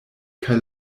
kaj